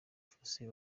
fossey